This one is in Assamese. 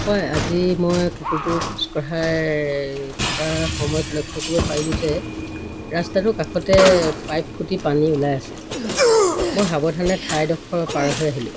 হয় আজি মই কুকুৰটো খোজকঢ়াই থকাৰ সময়ত লক্ষ্য কৰিব পাৰিলোঁ যে ৰাস্তাটোৰ কাষতে পাইপ ফুটি পানী ওলাই আছে মই সাৱধানে ঠাইডোখৰ পাৰ হৈ আহিলোঁ